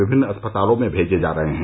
विभिन्न अस्पतालों में मेजे जा रहे है